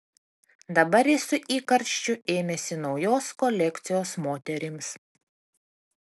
dabar jis su įkarščiu ėmėsi naujos kolekcijos moterims